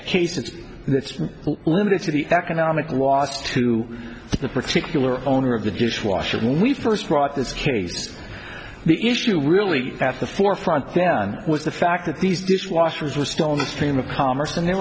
a case it's limited to the economic loss to the particular owner of the dishwasher when we first brought this case the issue really at the forefront then was the fact that these dishwashers were still in the stream of commerce and they